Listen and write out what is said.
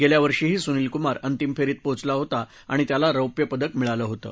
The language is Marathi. गेल्या वर्षीही सुनील कुमार अंतिम फेरीत पोचला होता आणि त्याला रौप्य पदक मिळालं होतं